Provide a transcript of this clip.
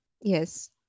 Yes